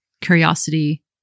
curiosity